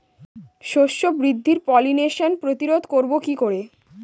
শস্য বৃদ্ধির পলিনেশান প্রতিরোধ করব কি করে?